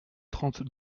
trente